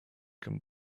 can